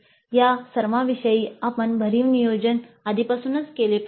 या सर्वांविषयी आपण भरीव नियोजन आधीपासूनच केले पाहिजे